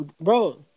bro